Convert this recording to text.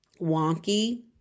wonky